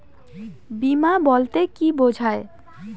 বিমা বলতে কি বোঝায়?